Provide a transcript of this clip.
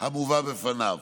המובא בפניו,